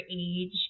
age